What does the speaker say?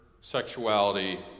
sexuality